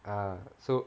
err so